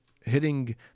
hitting